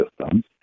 systems